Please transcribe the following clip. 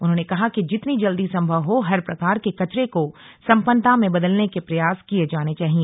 उन्होंने कहा कि जितनी जल्दी संभव हो हर प्रकार के कचरे को संपन्नता में बदलने के प्रयास किए जाने चाहिए